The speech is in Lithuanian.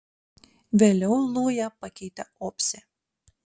vėliau lują pakeitė opsė